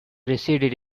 receded